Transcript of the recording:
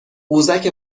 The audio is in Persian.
قوزک